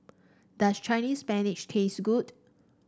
does Chinese Spinach taste good